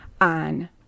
on